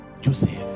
Joseph